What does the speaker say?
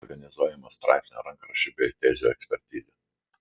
organizuojama straipsnio rankraščio bei tezių ekspertizė